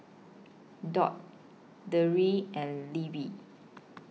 Dot Deidre and Levi